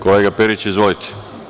Kolega Periću, izvolite.